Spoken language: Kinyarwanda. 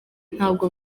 ntabwo